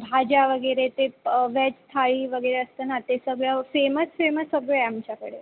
भाज्या वगैरे ते वेज थाळी वगैरे असतं ना ते सगळं फेमस फेमस सगळं आहे आमच्याकडे